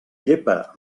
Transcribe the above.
llepa